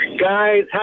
Guys